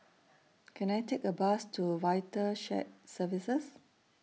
Can I Take A Bus to Vital Shared Services